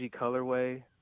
colorway